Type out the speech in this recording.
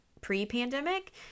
pre-pandemic